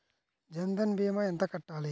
జన్ధన్ భీమా ఎంత కట్టాలి?